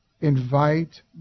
invite